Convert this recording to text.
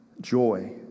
joy